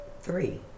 three